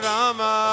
Rama